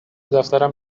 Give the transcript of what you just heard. دفترم